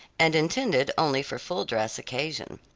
and intended only for full dress occasion.